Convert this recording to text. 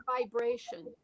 Vibration